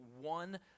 one